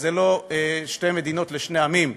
זה לא שתי מדינות לשני עמים,